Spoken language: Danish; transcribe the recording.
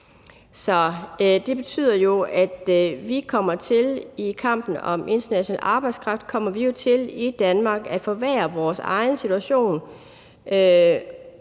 Det betyder jo, at vi i kampen om international arbejdskraft i Danmark kommer til at forværre vores egen situation.